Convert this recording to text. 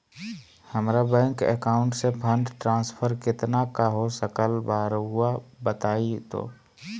हमरा bank account से fund transfer कितना का हो सकल बा रुआ बताई तो?